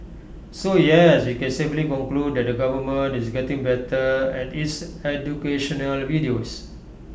so yes we can safely conclude that the government is getting better at its educational videos